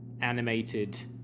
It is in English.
animated